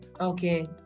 Okay